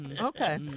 Okay